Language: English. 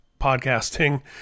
podcasting